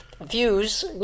views